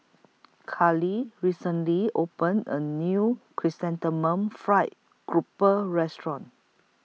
Khalil recently opened A New Chrysanthemum Fried Grouper Restaurant